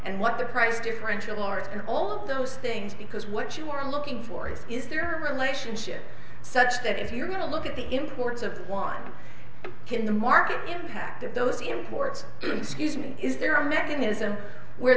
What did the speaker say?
and what the price differential are and all of those things because what you are looking for is their relationship such that if you're going to look at the imports of one kid in the market impact of those imports excuse me is there a mechanism where